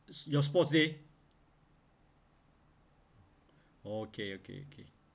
is your sports day okay okay okay